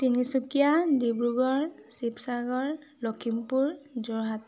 Tinsukia Dibrugarh Sivasagar Lakhimpur Jorhat